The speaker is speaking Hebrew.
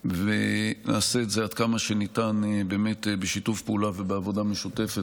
נעשה את זה עד כמה שניתן באמת בשיתוף פעולה ובעבודה משותפת.